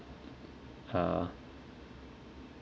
uh